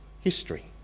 history